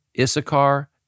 Issachar